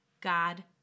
God